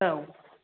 औ